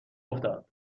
افتاد